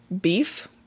Beef